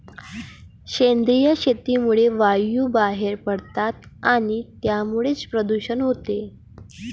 सेंद्रिय शेतीमुळे वायू बाहेर पडतात आणि त्यामुळेच प्रदूषण होते